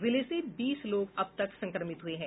जिले से बीस लोग अब तक संक्रमित हुए हैं